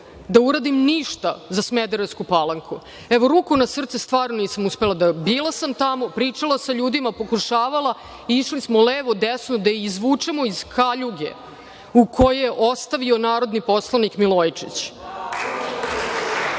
da uradim ništa za Smederevsku Palanku. Evo, ruku na srce, stvarno nisam uspela da uradim ništa za njih. Bila sam tamo, pričala sa ljudima, pokušavala, išli smo levo, desno, da je izvučemo iz kaljuge u koju ju je ostavio narodni poslanik Milojičić. Dakle,